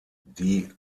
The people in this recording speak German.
die